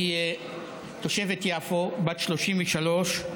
תושבת יפו בת 33,